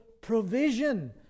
provision